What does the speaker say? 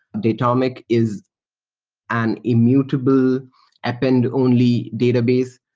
datomic is an immutable append only database.